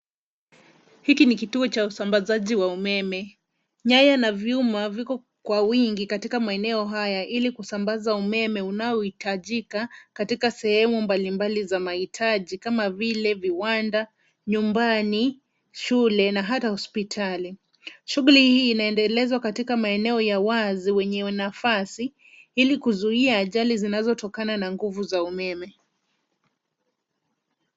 Hiki ni kituo cha usambazaji wa umeme. Nyaya na vyuma viko kwa wingi katika maeneo haya ili kusambaza umeme unaohitajika katika sehemu mbalimbali za mahitaji kama vile viwanda, nyumbani, shule na hata hospitali. Shughuli hii inaendelezwa katika maeneo ya wazi yenye nafasi ili kuzuia ajali zinazotokana na nguvu za umeme.